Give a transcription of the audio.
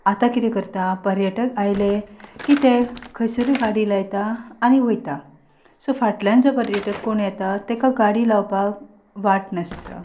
आतां किदें करता पर्यटक आयले की ते खंयसरूय गाडी लायता आनी वयता सो फाटल्यान जो पर्यटक कोण येता ताका गाडी लावपाक वाट नासता